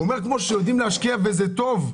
הוא אומר שכמו שיודעים להשקיע, וזה טוב,